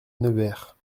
nevers